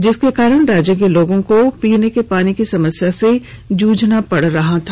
जिसके कारण राज्य के लोगों को पानी की समस्या से जूझना पर रहा था